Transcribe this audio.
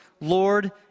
Lord